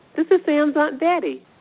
this is sam's aunt betty.